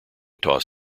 toss